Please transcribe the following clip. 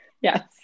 Yes